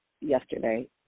yesterday